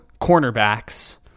cornerbacks